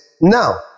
Now